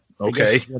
Okay